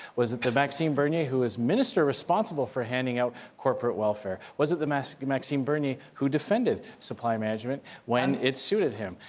was it the maxime bernier who was minister responsible for handing out corporate welfare? was it the maxime maxime bernier who defended supply management when it suited him?